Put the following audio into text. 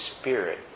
Spirit